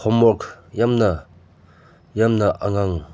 homework ꯌꯥꯝꯅ ꯌꯥꯝꯅ ꯑꯉꯥꯡ